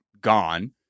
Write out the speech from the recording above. gone